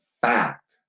fact